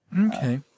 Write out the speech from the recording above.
Okay